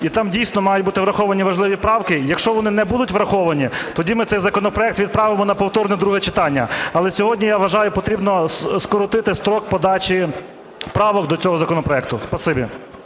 І там дійсно мають бути враховані важливі правки. Якщо вони не будуть враховані, тоді ми цей законопроект відправимо на повторне друге читання. Але сьогодні, я вважаю, потрібно скоротити строк подачі правок до цього законопроекту. Спасибі.